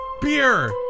Beer